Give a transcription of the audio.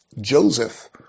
Joseph